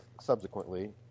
subsequently